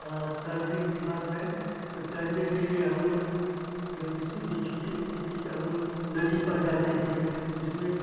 हाँ तैरने की बात है तो तैरने के लिए हम लोग जब इस्कूल से छुट्टी होती थी तो हम लोग नदी पर जाते थे उसमें